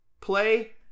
play